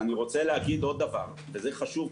אני רוצה להגיד דבר נוסף.